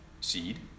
seed